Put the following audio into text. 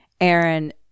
aaron